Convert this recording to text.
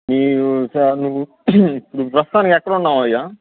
నీవు నువ్వు నువ్వు ఇప్పుడు ప్రస్తుతానికి ఎక్కడున్నావయ్యా